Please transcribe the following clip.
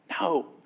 No